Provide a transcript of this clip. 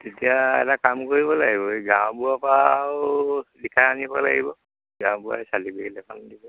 তেতিয়া এটা কাম কৰিব লাগিব এই গাঁওবুঢ়াৰপৰা আৰু লিখা আনিব লাগিব গাঁওবুঢ়াই চাৰ্টিফিকেট এখন দিব